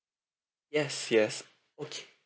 yes yes okay